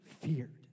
feared